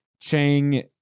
Chang